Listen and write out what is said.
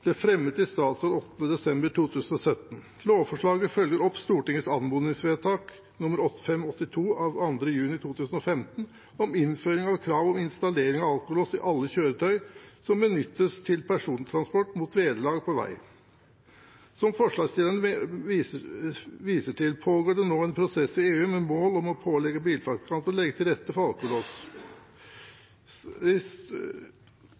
ble fremmet i statsråd 8. desember 2017. Lovforslaget følger opp Stortingets anmodningsvedtak nr. 582 av 2. juni 2015, om innføring av krav om installering av alkolås i alle kjøretøy som benyttes til persontransport mot vederlag på vei. Som forslagsstillerne viser til, pågår det nå en prosess i EU med mål om å pålegge bilfabrikanter å legge til rette for